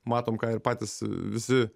matom ką ir patys visi